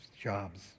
jobs